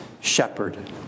Shepherd